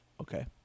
Okay